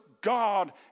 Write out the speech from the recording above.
God